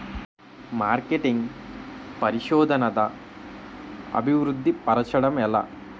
marketing పరిశోధనదా అభివృద్ధి పరచడం ఎలా